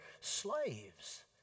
slaves